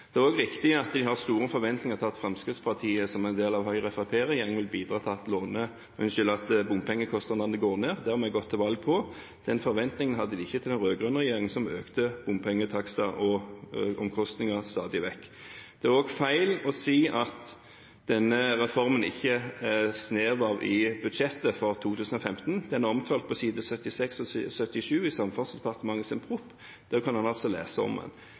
Det er også riktig at bilistene har store forventninger til at Fremskrittspartiet som en del av Høyre–Fremskrittsparti-regjeringen vil bidra til at bompengekostnadene går ned. Det har vi gått til valg på. Den forventningen hadde de ikke til den rød-grønne regjeringen, som økte bompengetakster og omkostninger stadig vekk. Det er også feil å si at det ikke er snev av denne reformen i budsjettforslaget for 2015. Den er omtalt på side 76 og 77 i budsjettproposisjonen fra Samferdselsdepartementet, og der kan man altså lese om den. Men det er en